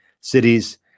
cities